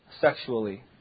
sexually